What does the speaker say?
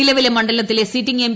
നിലവിലെ മണ്ഡലത്തിലെ sitting M